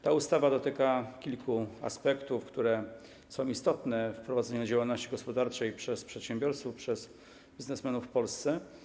Ta ustawa dotyka kilku aspektów, które są istotne w prowadzeniu działalności gospodarczej przez przedsiębiorców, przez biznesmenów w Polsce.